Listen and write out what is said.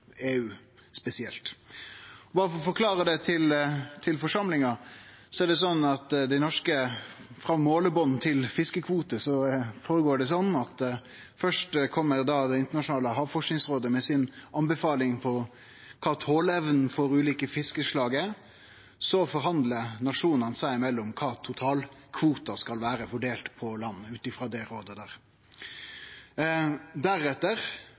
EU spesielt. Eg må berre forklare det for forsamlinga. Frå målband til fiskekvote føregår det slik at først kjem Det internasjonale havforskingsrådet med si anbefaling på kva toleevna for dei ulike fiskeslaga er, så forhandlar nasjonane seg imellom om korleis totalkvota skal fordelast på landa ut frå det rådet. Deretter,